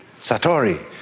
Satori